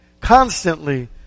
Constantly